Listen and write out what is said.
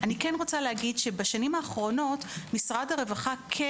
אני כן רוצה להגיד שבשנים האחרונות משרד הרווחה כן